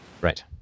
Right